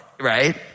Right